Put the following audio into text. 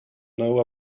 know